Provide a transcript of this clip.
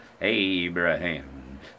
Abraham